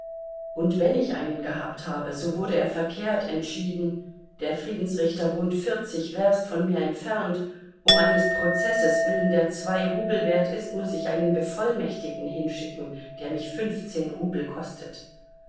und wenn ich einen gehabt habe so wurde er verkehrt entschieden der friedensrichter wohnt vierzig werst von mir entfernt um eines prozesses willen der zwei rubel wert ist muß ich einen bevollmächtigten hinschicken der mich fünfzehn rubel kostet